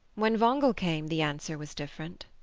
when wangel came the answer was different.